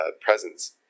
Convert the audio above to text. presence